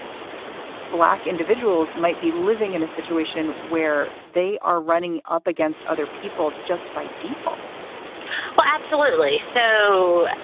black individuals might be living in a situation where they are running up against other people just by default well, absolutely. so